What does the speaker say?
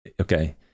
Okay